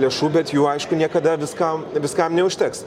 lėšų bet jų aišku niekada viskam viskam neužteks